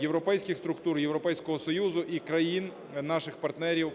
європейський структур, Європейського Союзу і країн - наших партнерів